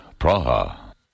Praha